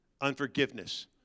unforgiveness